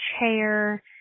chair